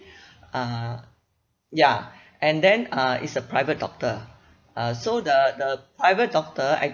uh ya and then uh it's a private doctor uh so the the private doctor